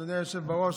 אדוני היושב-ראש,